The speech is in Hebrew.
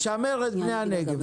לשמר את בני הנגב.